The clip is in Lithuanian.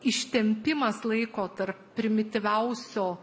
ištempimas laiko tarp primityviausio